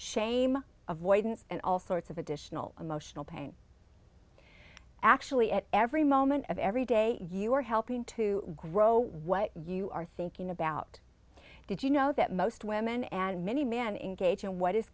shame avoidance and all sorts of additional emotional pain actually at every moment of every day you are helping to grow what you are thinking about did you know that most women and many men engage in what is